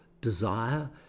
desire